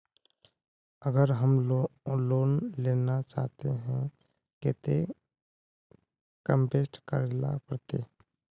अगर हम लोन लेना चाहते तो केते इंवेस्ट करेला पड़ते?